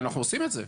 אנחנו עושים את זה.